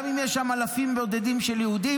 גם אם יש שם אלפים בודדים של יהודים,